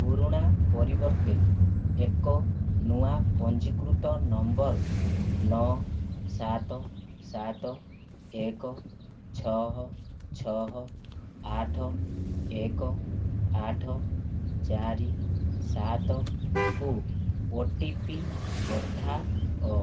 ପୁରୁଣା ପରିବର୍ତ୍ତେ ଏକ ନୂଆ ପଞ୍ଜୀକୃତ ନମ୍ବର ନଅ ସାତ ସାତ ଏକ ଛଅ ଛଅ ଆଠ ଏକ ଆଠ ଚାରି ସାତ କୁ ଓ ଟି ପି ପଠାଅ